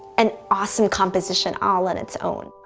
an awesome composition all on its own.